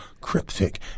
cryptic